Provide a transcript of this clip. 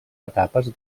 etapes